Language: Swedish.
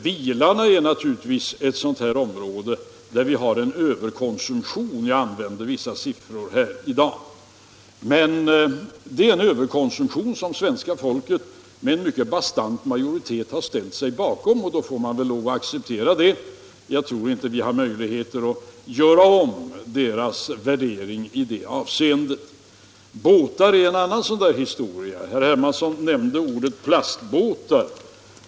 Bilarna är naturligtvis ett sådant område där vi har en överkonsumtion — jag angav vissa siffror tidigare — men det är en överkonsumtion som svenska folket med en mycket bastant majoritet har ställt sig bakom. Då får vi lov att acceptera det. Jag tror inte att vi har möjligheter att göra om människornas värderingar i det avseendet. Båtar är en annan sådan där historia. Herr Hermansson nämnde ordet plastbåtar.